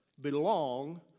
belong